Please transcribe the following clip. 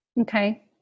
Okay